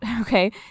okay